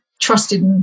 trusted